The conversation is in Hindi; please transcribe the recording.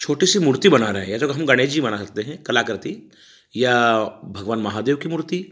छोटी सी मूर्ति बना रहे हैं जैसे हम गणेश जी बना सकते हैं कलाकृति या भगवान महादेव की मूर्ति